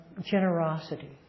generosity